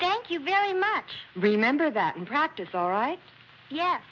thank you very much remember that in practice all right ye